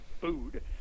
food